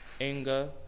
anger